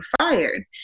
fired